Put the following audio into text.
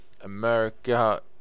America